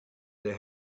they